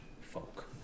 folk